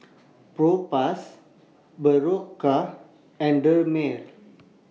Propass Berocca and Dermale